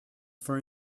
for